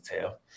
tell